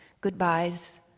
Goodbyes